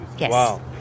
Wow